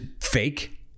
fake